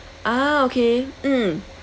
ah okay mm